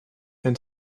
and